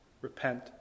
Repent